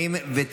לא נתקבלה.